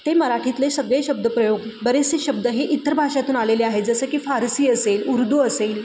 ते मराठीतले सगळे शब्द प्रयोग बरेचसे शब्द हे इतर भाषेतून आलेले आहेत जसं की फारसी असेल उर्दू असेल